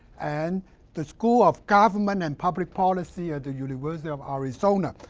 and the school of government and public policy at the university of um arizona.